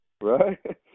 Right